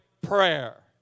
prayer